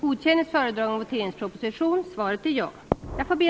Fru talman! Alla organisationer är inte fattiga.